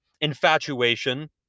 infatuation